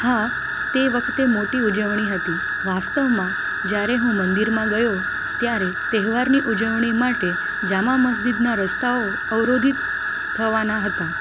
હા તે વખતે મોટી ઉજવણી હતી વાસ્તવમાં જ્યારે હું મંદિરમાં ગયો ત્યારે તહેવારની ઉજવણી માટે જામા મસ્જિદના રસ્તાઓ અવરોધિત થવાના હતા